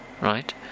right